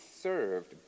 served